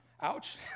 ouch